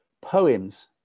POEMS